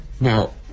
Now